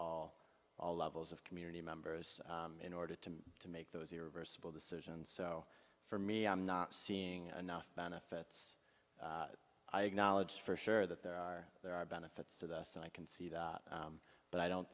all all levels of community members in order to make those irreversible decisions so for me i'm not seeing enough benefits i acknowledge for sure that there are there are benefits to this and i can see that but i don't